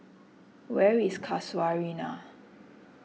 where is Casuarina